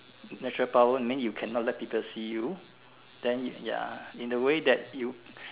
natural power then you cannot let people see you then ya in a way that you